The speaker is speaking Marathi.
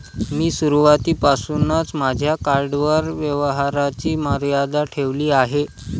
मी सुरुवातीपासूनच माझ्या कार्डवर व्यवहाराची मर्यादा ठेवली आहे